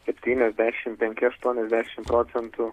septyniasdešimt penki aštuoniasdešimt procentų